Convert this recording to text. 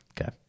okay